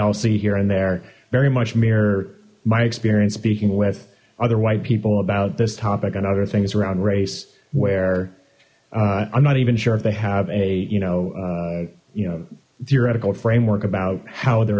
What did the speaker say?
all see here and they're very much mirror my experience speaking with other white people about this topic on other things around race where i'm not even sure if they have a you know you know theoretical framework about how they're